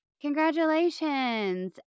congratulations